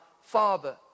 Father